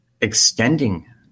extending